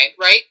right